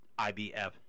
IBF